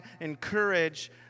encourage